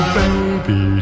baby